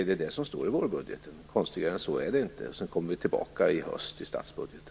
Det är det som står i vårbudgeten. Konstigare än så är det inte. Till hösten återkommer vi i statsbudgeten.